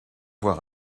voir